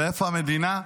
ואיפה המדינה?